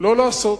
לא לעשות,